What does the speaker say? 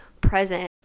present